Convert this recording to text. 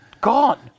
gone